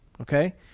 Okay